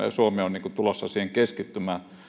ja suomi on tulossa siihen keskittymään